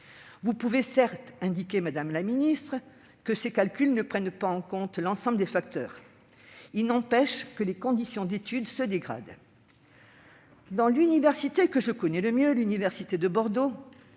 Vous pouvez certes indiquer, madame la ministre, que ces calculs ne prennent pas en compte l'ensemble des facteurs ; il n'empêche que les conditions d'études se dégradent. Dans l'université que je connais le mieux, l'université de Bordeaux,